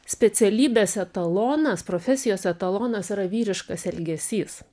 specialybės etalonas profesijos etalonas yra vyriškas elgesys